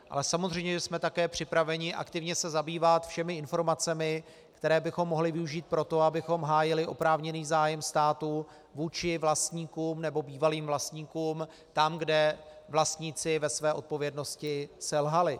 Ale samozřejmě jsme také připraveni aktivně se zabývat všemi informacemi, které bychom mohli využít pro to, abychom hájili oprávněný zájem státu vůči vlastníkům, nebo bývalým vlastníkům, tam, kde vlastníci ve své odpovědnosti selhali.